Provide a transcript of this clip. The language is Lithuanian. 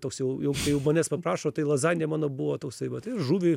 toks jau jau manęs paprašo tai lazanija mano buvo toksai vat ir žuvį